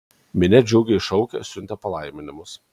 minia džiugiai šaukė siuntė palaiminimus